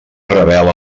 revela